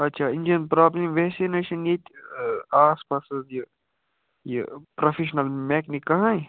اچھا engine problem ویسے نہ حظ چھنہٕ ییٚتہِ آس پاس حظ یہِ یہِ پروفیٚشنَل میکنِک کٕہٕنۍ